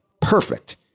perfect